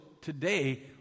today